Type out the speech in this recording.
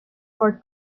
for